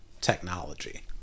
technology